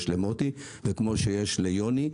למוטי וליוני,